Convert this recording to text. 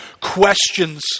questions